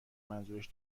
منظورش